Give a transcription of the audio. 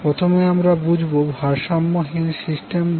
প্রথমে আমরা বুঝব ভারসাম্যহীন সিস্টেম কি